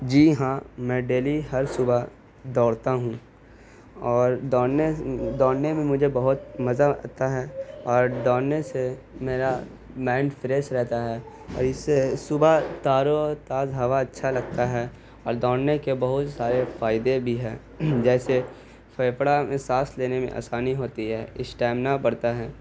جی ہاں میں ڈیلی ہر صبح دوڑتا ہوں اور دوڑنے دوڑنے میں مجھے بہت مزہ آتا ہے اور دوڑنے سے میرا مائنڈ فریش رہتا ہے اور اس سے صبح تاروں اور تاز ہوا اچھا لگتا ہے اور دوڑنے کے بہت سارے فائدے بھی ہیں جیسے پھپڑا میں سانس لینے میں آسانی ہوتی ہے اسٹیمنا بڑتا ہے